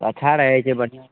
अच्छा रहय छै बढ़िआँ